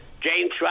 James